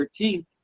13